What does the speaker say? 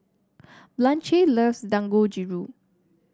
Blanche loves Dangojiru